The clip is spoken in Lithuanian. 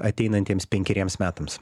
ateinantiems penkeriems metams